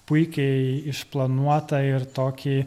puikiai išplanuotą ir tokį